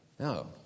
No